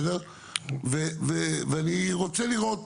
אני רוצה לראות